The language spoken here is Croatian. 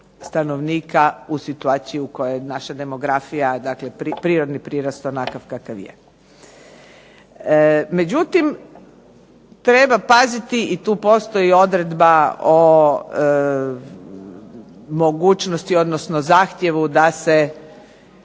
stanovnika u situaciji u kojoj je naša demografija dakle prirodni prirast onakav kakav je. Međutim, treba paziti i tu postoji odredba o zahtjevu da se